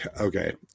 okay